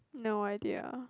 no idea